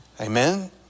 Amen